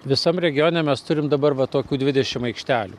visam regione mes turim dabar va tokių dvidešimt aikštelių